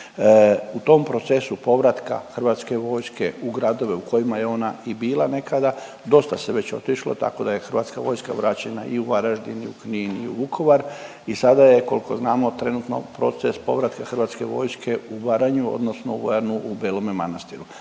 U tom procesu povratka Hrvatske vojske u gradove u kojima je ona i bila nekada dosta se već otišlo tako da je Hrvatska vojska vraćena i u Varaždin i u Knin, u Vukovar i sada je koliko znamo trenutno proces povratka Hrvatske vojske u Baranju odnosno u vojarnu u Belome Manastiru,